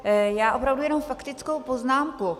Já opravdu jenom faktickou poznámku.